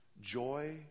joy